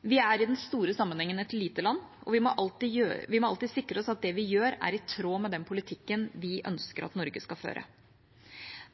Vi er i den store sammenhengen et lite land, og vi må alltid sikre oss at det vi gjør, er i tråd med den politikken vi ønsker at Norge skal føre.